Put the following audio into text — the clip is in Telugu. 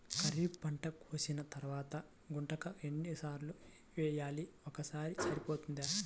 ఖరీఫ్ పంట కోసిన తరువాత గుంతక ఎన్ని సార్లు వేయాలి? ఒక్కసారి సరిపోతుందా?